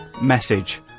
Message